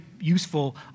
useful